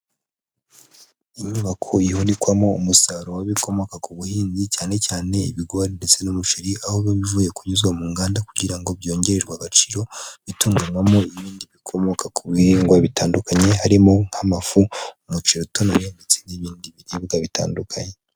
Inyubako ihunikwamo umusaruro w'ibikomoka ku buhinzi, cyane cyane ibigori ndetse n'umuceri. Ahoba bivuye kunyuzwa mu nganda kugira ngo byongererwe agaciro, bituganywamo ibindi bikomoka ku bihingwa bitandukanye. Harimo nk'amafu, umuceri utonoye, ndetse n'ibindi biribwa bitandukanye.